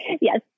Yes